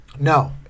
No